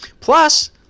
Plus